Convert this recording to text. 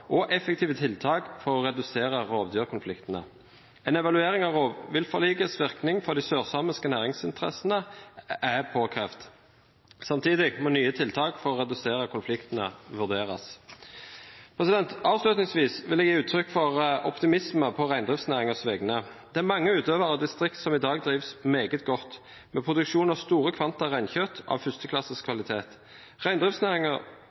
og effektive tiltak for å redusere rovdyrkonfliktene. En evaluering av rovviltforlikets virkning for de sørsamiske næringsinteressene er påkrevd. Samtidig må nye tiltak for å redusere konfliktene vurderes. Avslutningsvis vil jeg gi uttrykk for optimisme på reindriftsnæringens vegne. Det er mange utøvere og distrikter som i dag drives meget godt, med produksjon av store kvanta reinkjøtt av førsteklasses kvalitet. Reindriftsnæringen